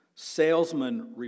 Salesmen